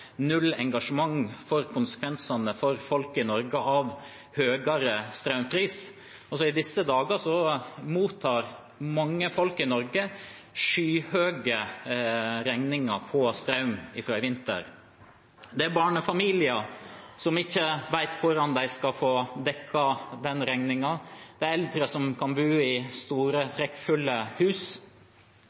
null engasjement for konsekvensene for folk i Norge av høyere strømpris. I disse dager mottar mange folk i Norge skyhøye strømregninger fra i vinter. Det er barnefamilier som ikke vet hvordan de skal få dekket denne regningen, og det er eldre som kan bo i store, trekkfulle hus.